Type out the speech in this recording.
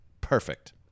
perfect